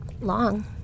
long